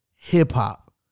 hip-hop